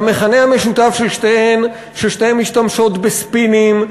המכנה המשותף שלהן הוא ששתיהן משתמשות בספינים,